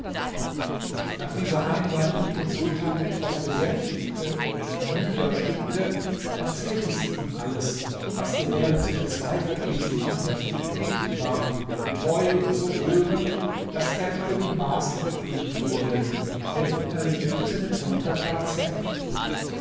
nach dieser einleitung die den sultan etwas besänftigte und müder stimmte erzählte sie ihm alles was ihr während der zwei verdrießlichen nächte begegnet war getreu und so rührend daß er über die maßen betrübt wurde denn er liebte seine tochter gar zärtlich